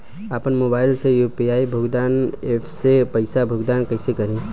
आपन मोबाइल से यू.पी.आई भुगतान ऐपसे पईसा भुगतान कइसे करि?